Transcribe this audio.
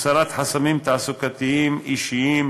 הסרת חסמים תעסוקתיים אישיים,